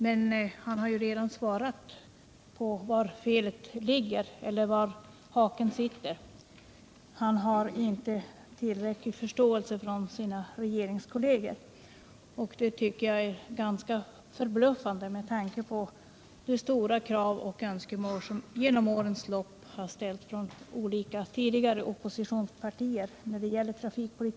Men han har redan gett besked om var haken sitter, nämligen att han inte möter tillräcklig förståelse från sina regeringskolleger. Det tycker jag är ganska förbluffande med tanke på de stora krav och önskemål som under årens lopp framförts när det gäller trafikpolitiken från de f.d. oppositionspartierna.